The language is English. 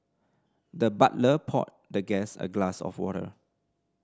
the butler poured the guest a glass of water